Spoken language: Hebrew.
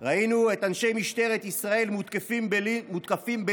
ראינו את אנשי משטרת ישראל מותקפים בלינץ'